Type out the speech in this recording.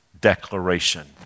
declaration